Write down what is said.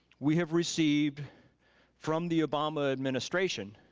we have received from the obama administration,